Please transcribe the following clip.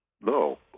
No